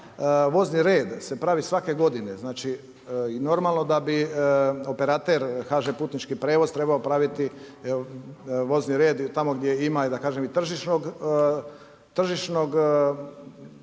Vozni red se pravi svake godine, i znači, normalno da bi operater HŽ putnički prijevoz trebao praviti vozni red tamo gdje ima, da kažem tržišnog interesa